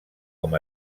com